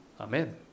Amen